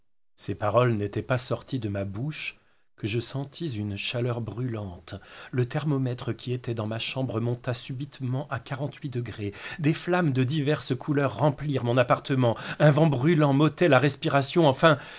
ces paroles n'étaient pas sorties de ma bouche que je sentis une chaleur brûlante le thermomètre qui était dans ma chambre monta subitement à quarante degrés des flammes de diverses couleurs remplirent mon appartement un vent brûlant m'ôtait la respiration enfin